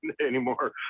anymore